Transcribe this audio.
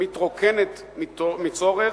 מתרוקנת מצורך,